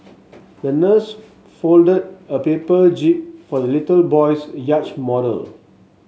the nurse folded a paper jib for the little boy's yacht model